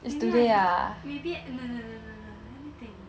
if not I may maybe no no no no no no let me think